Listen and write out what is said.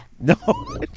No